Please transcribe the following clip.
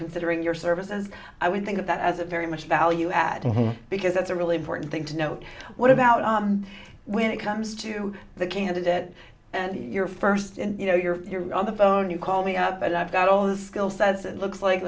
considering your services i would think of that as a very much value added because that's a really important thing to know what about on when it comes to the candidate and your first you know you're on the phone you call me up and i've got all the skill sets it looks like